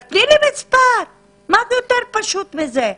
רק תני לי מספר, מה יותר פשוט מזה?